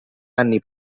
anni